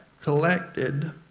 collected